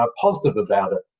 ah positive about it.